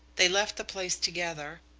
they left the place together.